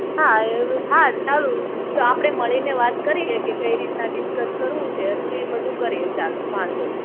હા હા ચાલો તો આપણે મળીને વાત કરીએ કઈ રીતના ડિસકસ કરવું છે તો એ બધું કરીએ ચાલો વાંધો નહીં